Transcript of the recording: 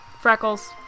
Freckles